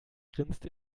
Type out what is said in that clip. grinst